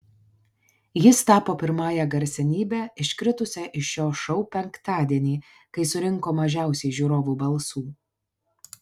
jis tapo pirmąja garsenybe iškritusia iš šio šou penktadienį kai surinko mažiausiai žiūrovų balsų